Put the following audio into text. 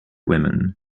women